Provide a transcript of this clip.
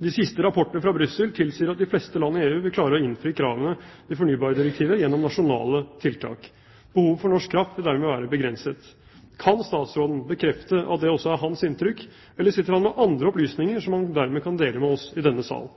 De siste rapportene fra Brussel tilsier at de fleste landene i EU vil klare å innfri kravene i fornybardirektivet gjennom nasjonale tiltak. Behovet for norsk kraft vil dermed være begrenset. Kan statsråden bekrefte at det også er hans inntrykk, eller sitter han med andre opplysninger som han dermed kan dele med oss i denne sal?